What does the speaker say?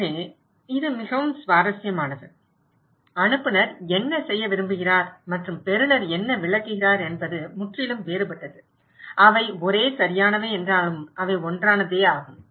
எனவே இது மிகவும் சுவாரஸ்யமானது எனவே அனுப்புநர் என்ன செய்ய விரும்புகிறார் மற்றும் பெறுநர் என்ன விளக்குகிறார் என்பது முற்றிலும் வேறுபட்டது அவை ஒரே சரியானவை என்றாலும் அவை ஒன்றானதே ஆகும்